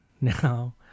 now